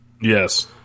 Yes